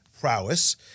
prowess